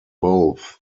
both